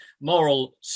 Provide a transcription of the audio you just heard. moral